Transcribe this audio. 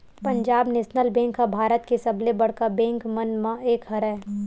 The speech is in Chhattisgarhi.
पंजाब नेसनल बेंक ह भारत के सबले बड़का बेंक मन म एक हरय